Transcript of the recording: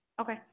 Okay